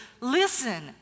listen